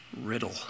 riddle